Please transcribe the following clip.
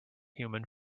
human